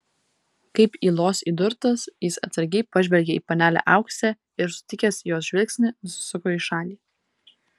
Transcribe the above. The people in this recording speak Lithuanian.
kaip ylos įdurtas jis atsargiai pažvelgė į panelę auksę ir sutikęs jos žvilgsnį nusisuko į šalį